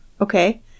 Okay